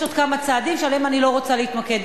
יש עוד כמה צעדים שבהם אני לא רוצה להתמקד,